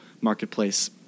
marketplace